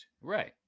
Right